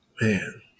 Man